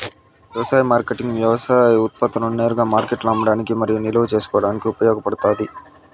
వ్యవసాయ మార్కెటింగ్ వ్యవసాయ ఉత్పత్తులను నేరుగా మార్కెట్లో అమ్మడానికి మరియు నిల్వ చేసుకోవడానికి ఉపయోగపడుతాది